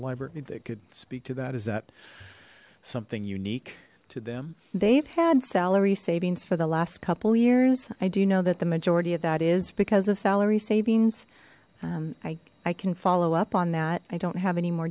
the library they could speak to that is that something unique to them they've had salary savings for the last couple years i do know that the majority of that is because of salary savings i i can follow up on that i don't have any more